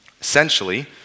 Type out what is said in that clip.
Essentially